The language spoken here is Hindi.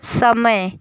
समय